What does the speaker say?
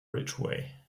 ridgeway